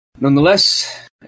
Nonetheless